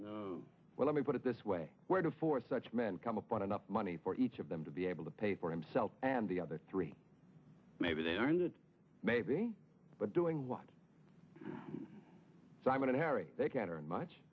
i well let me put it this way where to for such men come upon enough money for each of them to be able to pay for himself and the other three maybe they earn that maybe but doing what simon harry they can't earn much